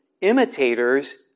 imitators